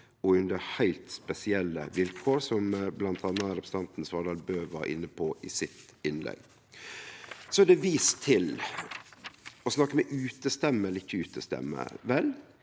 og under heilt spesielle vilkår, som bl.a. representanten Svardal Bøe var inne på i sitt innlegg. Det er vist til å snakke med utestemme eller ikkje.